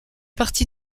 partie